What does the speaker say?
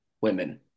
women